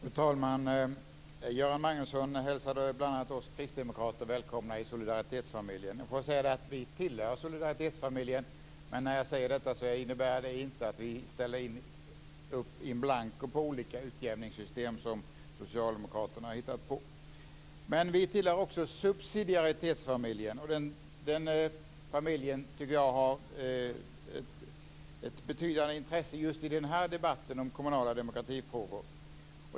Fru talman! Göran Magnusson hälsade bl.a. oss kristdemokrater välkomna i solidaritetsfamiljen. Får jag säga att vi tillhör solidaritetsfamiljen, men när jag säger detta innebär det inte att vi ställer upp in blanko på olika utjämningssystem som socialdemokraterna har hittat på. Men vi tillhör också subsidiaritetsfamiljen. Den familjen tycker jag har ett betydande intresse just i den här debatten om kommunala demokratifrågor.